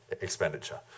expenditure